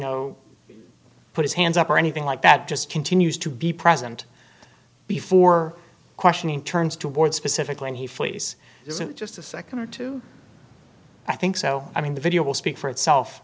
know put his hands up or anything like that just continues to be present before questioning turns toward specifically and he flees isn't just a second or two i think so i mean the video will speak for itself